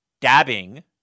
dabbing